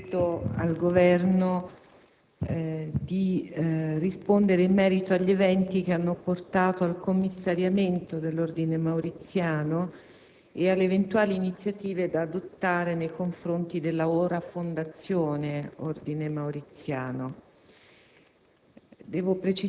ha chiesto al Governo di rispondere in merito agli eventi che hanno portato al commissariamento dell'Ordine Mauriziano e alle eventuali iniziative da adottare nei confronti della ora Fondazione Ordine Mauriziano.